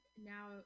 Now